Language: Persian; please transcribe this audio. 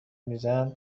میزنن